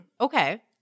Okay